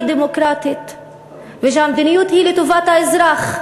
דמוקרטית ושהמדיניות היא לטובת האזרח,